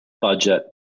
budget